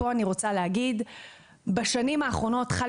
אני רוצה להגיד שבשנים האחרונות חל